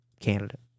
candidate